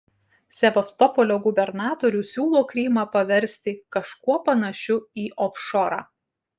sevastopolio gubernatorius siūlo krymą paversti kažkuo panašiu į ofšorą